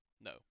no